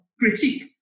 critique